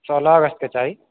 सोलह अगस्त के चाही